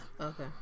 okay